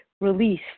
release